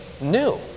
new